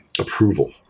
approval